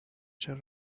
چرا